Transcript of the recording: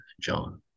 John